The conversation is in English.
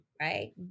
right